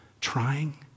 trying